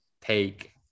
take